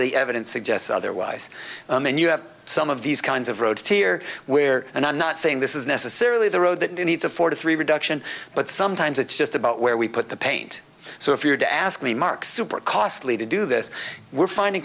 the evidence suggests otherwise and then you have some of these kinds of roads here where and i'm not saying this is necessarily the road that needs a forty three reduction but sometimes it's just about where we put the paint so if you were to ask me mark super costly to do this we're finding